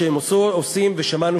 שבאים